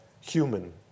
human